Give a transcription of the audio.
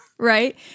Right